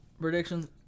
predictions